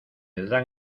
dan